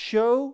Show